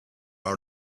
are